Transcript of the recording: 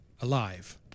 alive